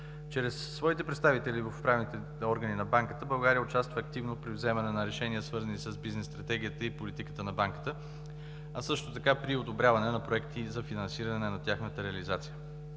Чрез своите представители в управителните органи на банката България участва активно при вземане на решения, свързани с бизнес стратегията и политиката на банката, а също така при одобряване на проекти за финансиране на тяхната реализация.